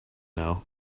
now